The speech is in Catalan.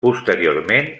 posteriorment